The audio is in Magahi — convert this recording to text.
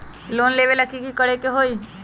लोन लेबे ला की कि करे के होतई?